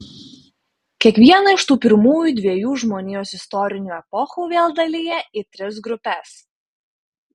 kiekvieną iš tų pirmųjų dviejų žmonijos istorinių epochų vėl dalija į tris grupes